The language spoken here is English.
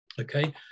Okay